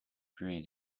green